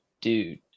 dude